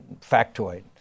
factoid